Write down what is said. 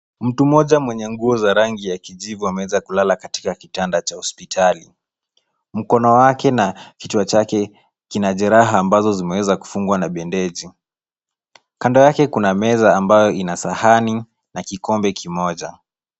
Mtu mmoja mwenye nguo za rangi ya kijivu ameweza kulala katika kitanda cha hospitali. Mkono wake na kichwa chake kina jeraha ambazo zimeweza kufungwa na bendeji. Kando yake kuna meza ambayo ina sahani na kikombe kimoja.